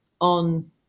on